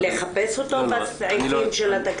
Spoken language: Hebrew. לחפש אותו בסעיפים של התקציב או לא?